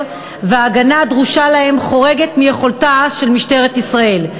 וההגנה הדרושה להם חורגת מיכולתה של משטרת ישראל.